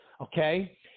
Okay